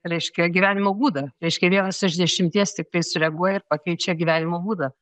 reiškia gyvenimo būdą reiškia vienas iš dešimties tiktai sureaguoja ir pakeičia gyvenimo būdą